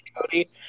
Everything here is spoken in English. Cody